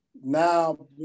now